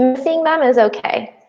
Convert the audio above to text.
um seeing them is okay.